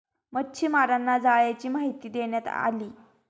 मच्छीमारांना जाळ्यांची माहिती देण्यात आली